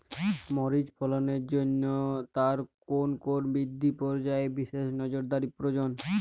মরিচ ফলনের জন্য তার কোন কোন বৃদ্ধি পর্যায়ে বিশেষ নজরদারি প্রয়োজন?